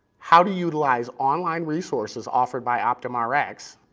how to utilize online resources offered by optumrx,